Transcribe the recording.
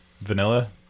Vanilla